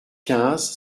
quinze